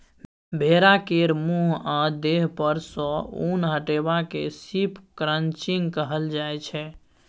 भेड़ा केर मुँह आ देह पर सँ उन हटेबा केँ शिप क्रंचिंग कहल जाइ छै